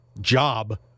Job